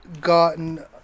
gotten